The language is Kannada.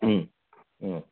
ಹ್ಞ್ ಹ್ಞೂ